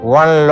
one